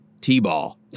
T-ball